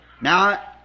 Now